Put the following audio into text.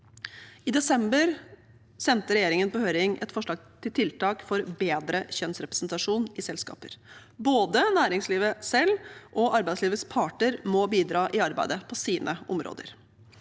I desember sendte regjeringen på høring et forslag til tiltak for bedre kjønnsrepresentasjon i selskaper. Både næringslivet selv og arbeidslivets parter må bidra i arbeidet på sine områder: